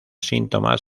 síntomas